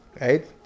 right